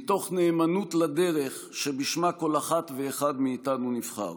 מתוך נאמנות לדרך שבשמה כל אחת ואחד מאיתנו נבחר.